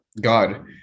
god